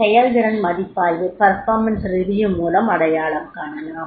செயல்திறன் மதிப்பாய்வு மூலம் அடையாளம் காணலாம்